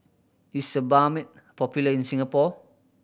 is Sebamed popular in Singapore